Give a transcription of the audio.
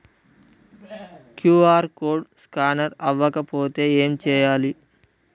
QR code scanner అవ్వకపోతే ఏం చేయాలి?